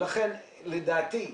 ולכן, לדעתי,